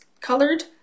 colored